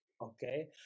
okay